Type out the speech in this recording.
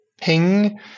ping